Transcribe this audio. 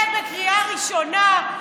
זה בקריאה ראשונה.